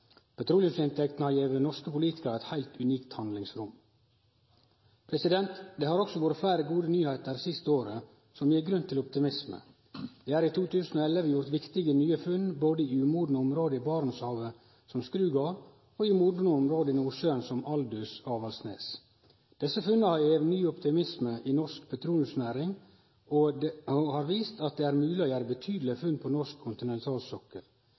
Petroleumsinntektene har gjeve norske politikarar eit heilt unikt handlingsrom. Det har òg vore fleire gode nyheiter det siste året som gjev grunn til optimisme. Det er i 2011 gjort viktige nye funn både i umodne område i Barentshavet, som Skrugard, og i modne område i Nordsjøen, som Aldous/Avaldsnes. Desse funna har gjeve ny optimisme i norsk petroleumsnæring og har vist at det er mogleg å gjere betydelege funn på norsk